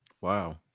Wow